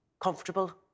comfortable